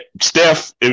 Steph